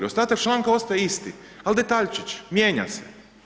Ostatak članka ostaje isti, ali detaljčić, mijenja se.